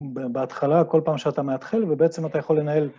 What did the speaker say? בהתחלה, כל פעם שאתה מאתחל ובעצם אתה יכול לנהל.